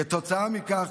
כתוצאה מכך,